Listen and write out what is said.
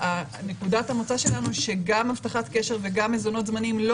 נקודת המוצא שלנו שגם הבטחת קשר וגם מזונות זמניים לא